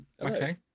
Okay